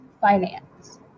finance